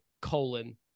colon